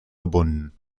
gebunden